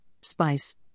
spice